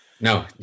No